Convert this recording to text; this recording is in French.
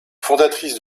fondatrice